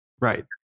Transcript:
Right